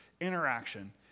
interaction